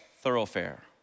thoroughfare